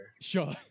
Sure